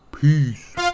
Peace